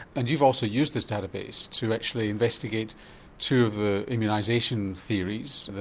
and you've also used this data base to actually investigate two of the immunisation theories,